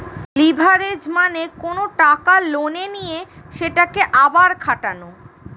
leverage মানে কোনো টাকা লোনে নিয়ে সেটাকে আবার খাটানো